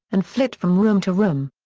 and flit from room to room.